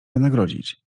wynagrodzić